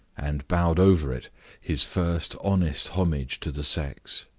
and bowed over it his first honest homage to the sex,